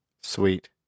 Sweet